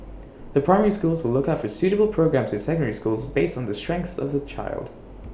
the primary schools will look out for suitable programmes in secondary schools based on the strengths of the child